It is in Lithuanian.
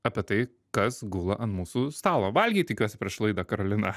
apie tai kas gula ant mūsų stalo valgei tikiuosi prieš laidą karolina